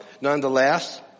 nonetheless